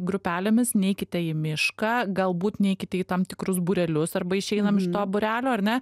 grupelėmis neikite į mišką galbūt neikite į tam tikrus būrelius arba išeinam iš to būrelio ar ne